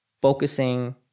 focusing